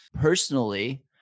Personally